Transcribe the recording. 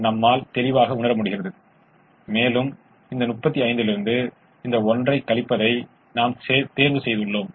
எனவே சாத்தியமான சில தீர்வுகளை எழுதி புறநிலை செயல்பாட்டின் மதிப்பைக் கணக்கிட முயற்சிப்போம்